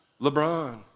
LeBron